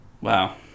Wow